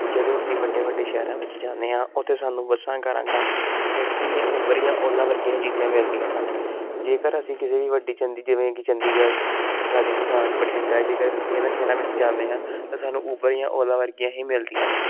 ਜਦੋਂ ਅਸੀਂ ਵੱਡੇ ਵੱਡੇ ਸ਼ਹਿਰਾਂ ਵਿੱਚ ਜਾਂਦੇ ਹਾਂ ਉੱਥੇ ਸਾਨੂੰ ਬੱਸਾਂ ਕਾਰਾਂ ਘੱਟ ਟੈਕਸੀ ਜਾਂ ਉਬਰ ਜਾਂ ਓਲਾ ਵਰਗੀਆਂ ਚੀਜ਼ਾਂ ਮਿਲਦੀਆਂ ਹਨ ਜੇਕਰ ਅਸੀਂ ਕਿਸੇ ਵੀ ਵੱਡੀ ਚੰਦੀ ਜਿਵੇਂ ਕਿ ਚੰਡੀਗੜ੍ਹ ਰਾਜਸਥਾਨ ਬਠਿੰਡਾ ਜੇਕਰ ਅਸੀਂ ਇਹਨਾਂ ਸ਼ਹਿਰਾਂ ਵਿੱਚ ਜਾਂਦੇ ਹਾਂ ਤਾਂ ਸਾਨੂੰ ਉਬਰ ਜਾਂ ਓਲਾ ਵਰਗੀਆਂ ਹੀ ਮਿਲਦੀਆਂ ਨੇ